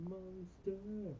Monster